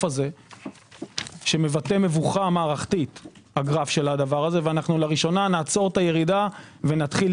הזה שמבטא מבוכה מערכתית ולראשונה נעצור את הירידה ונתחיל